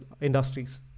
industries